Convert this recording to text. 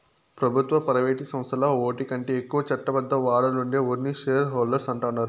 పెబుత్వ, ప్రైవేటు సంస్థల్ల ఓటికంటే ఎక్కువ చట్టబద్ద వాటాలుండే ఓర్ని షేర్ హోల్డర్స్ అంటాండారు